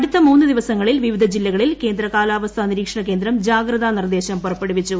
അടുത്ത മൂന്ന് ദിവസങ്ങളിൽ വിവിധ ജില്ലകളിൽ കേന്ദ്ര കാലാവസ്ഥ നിരീക്ഷണ കേന്ദ്രം ജാഗ്രതാ നിർദ്ദേശം പുറപ്പെടുവിച്ചു